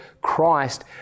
Christ